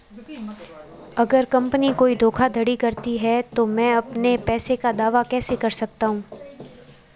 अगर कंपनी कोई धोखाधड़ी करती है तो मैं अपने पैसे का दावा कैसे कर सकता हूं?